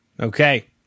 Okay